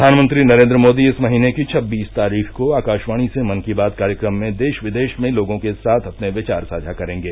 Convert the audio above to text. प्रधानमंत्री नरेन्द्र मोदी इस महीने की छब्बीस तारीख को आकाशवाणी से मन की बात कार्यक्रम में देश विदेश में लोगों के साथ अपने विचार साझा करेंगे